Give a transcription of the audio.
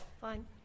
Fine